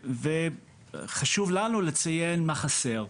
וחשוב לנו לציין מה חסר,